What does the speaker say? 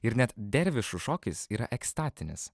ir net dervišų šokis yra ekstatinis